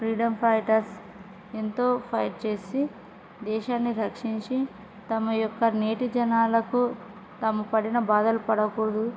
freedom fighters ఎంతో fight చేసి దేశాన్ని రక్షించి తమ యొక్క నేటి జనాలకు తాము పడిన బాధలు పడకూడదు